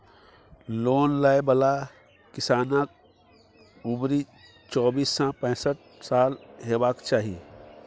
loan लय बला किसानक उमरि चौबीस सँ पैसठ साल हेबाक चाही